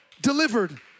delivered